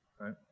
right